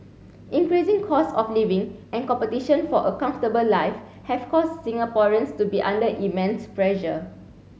increasing costs of living and competition for a comfortable life have caused Singaporeans to be under immense pressure